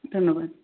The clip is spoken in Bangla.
ধন্যবাদ